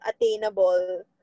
attainable